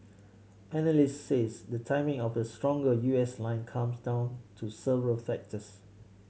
analysts say the timing of the stronger U S line comes down to several factors